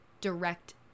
direct